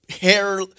hair